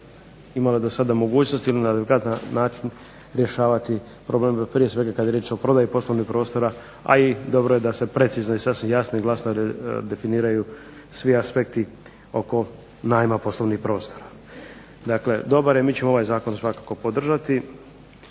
imale do sada mogućnosti ili na adekvatan način rješavati problem, prije svega kad je riječ o prodaji poslovnih prostora, a i dobro je da se precizno i sasvim jasno i glasno definiraju svi aspekti oko najma poslovnih prostora. Dakle dobar je, mi ćemo ovaj zakon svakako podržati,